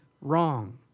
wrong